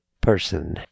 person